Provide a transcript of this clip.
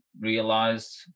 realized